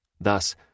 Thus